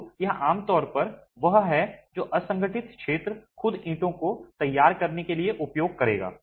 तो यह आम तौर पर वह है जो असंगठित क्षेत्र खुद ईंटों को तैयार करने के लिए उपयोग करेगा